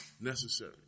necessary